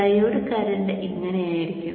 diode current ഇങ്ങനെയായിരിക്കും